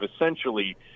essentially